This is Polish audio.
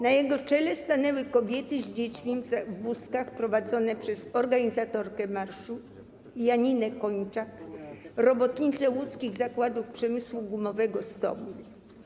Na jego czele stanęły kobiety z dziećmi w wózkach prowadzone przez organizatorkę marszu - Janinę Kończak, robotnicę Łódzkich Zakładów Przemysłu Gumowego 'Stomil'